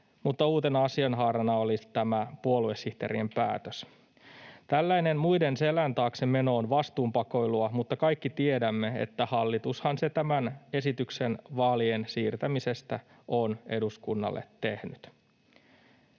mutta uutena asianhaarana oli tämä puoluesihteerien päätös. Tällainen muiden selän taakse meno on vastuunpakoilua, mutta kaikki tiedämme, että hallitushan se tämän esityksen vaalien siirtämisestä on eduskunnalle tehnyt.